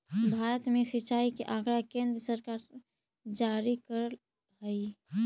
भारत में सिंचाई के आँकड़ा केन्द्र सरकार जारी करऽ हइ